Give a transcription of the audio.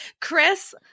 Chris